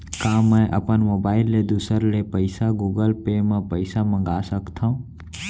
का मैं अपन मोबाइल ले दूसर ले पइसा गूगल पे म पइसा मंगा सकथव?